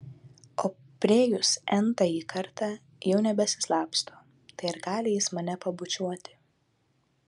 o priėjus n tąjį kartą jau nebesislapsto tai ar gali jis mane pabučiuoti